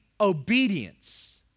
obedience